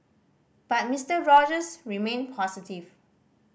but Mister Rogers remain positive